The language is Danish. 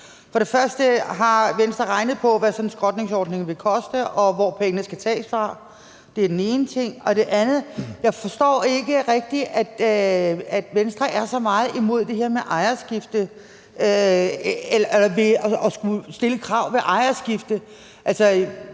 For det første: Har Venstre regnet på, hvad sådan en skrotningsordning vil koste, og hvor pengene skal tages fra? Det er den ene ting. Og den anden ting er, at jeg ikke rigtig forstår, at Venstre er så meget imod det her med at skulle stille krav ved ejerskifte.